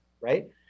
right